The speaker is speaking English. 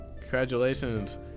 Congratulations